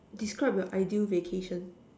describe your ideal vacation